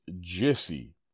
Jesse